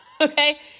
Okay